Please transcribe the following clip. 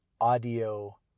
audio